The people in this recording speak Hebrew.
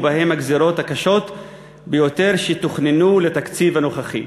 ובהם הגזירות הקשות ביותר שתוכננו לתקציב הנוכחי.